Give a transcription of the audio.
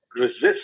resist